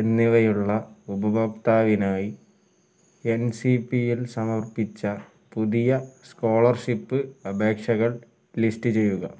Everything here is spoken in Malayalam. എന്നിവയുള്ള ഉപഭോക്താവിനായി എൻ സി പി യിൽ സമർപ്പിച്ച പുതിയ സ്കോളർഷിപ്പ് അപേക്ഷകൾ ലിസ്റ്റ് ചെയ്യുക